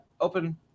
open